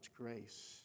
grace